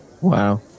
Wow